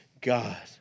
God